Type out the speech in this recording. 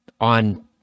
on